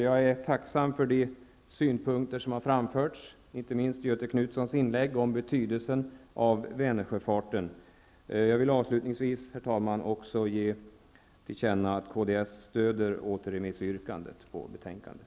Jag är tacksam för de synpunkter som här framförts, inte minst i Göthe Knutsons inlägg, om betydelsen av Jag vill avslutningsvis, herr talman, ge till känna att kds stödjer återremissyrkandet.